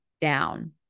down